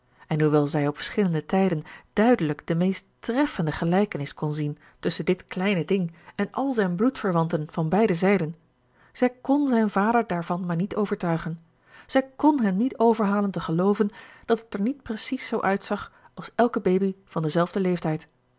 en hoewel zij op verschillende tijden duidelijk de meest treffende gelijkenis kon zien tusschen dit kleine ding en al zijn bloedverwanten van beide zijden zij kn zijn vader daarvan maar niet overtuigen zij kn hem niet overhalen te gelooven dat het er niet precies zoo uitzag als elke baby van den zelfden leeftijd